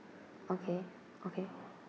okay okay